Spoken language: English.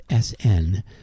SN